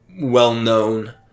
well-known